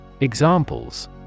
Examples